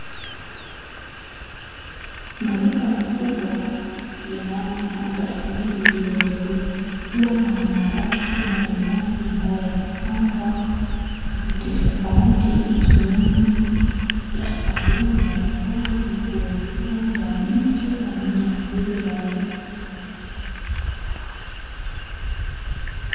Maduka makubwa yanaonekana katika miji iliyoendelea, huwa na marafu mbalimbali yaliyopangwa na vitu tofauti tofauti ikiwemo sabuni mbalimbali za kuogea za miche pamoja na zile za unga.